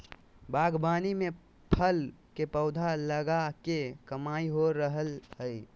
बागवानी में फल के पौधा लगा के कमाई हो रहल हई